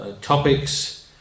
topics